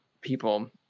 people